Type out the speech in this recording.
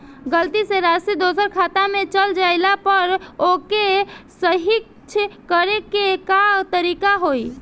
गलती से राशि दूसर के खाता में चल जइला पर ओके सहीक्ष करे के का तरीका होई?